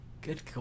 good